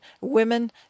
women